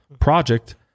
project